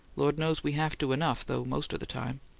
lord knows we have to enough, though, most of the time!